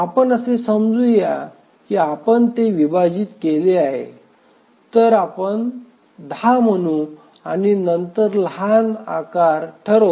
आपण असे समजू या की आपण ते विभाजित केले आहे तर आपण 10 म्हणू आणि नंतर लहान आकार ठरवू